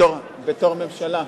בתור ממשלה,